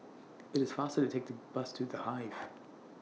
IT IS faster to Take The Bus to The Hive